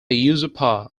usurper